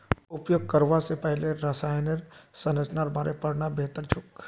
उपयोग करवा स पहले रसायनेर संरचनार बारे पढ़ना बेहतर छोक